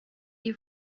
you